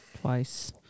twice